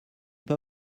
pas